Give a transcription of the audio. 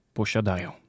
posiadają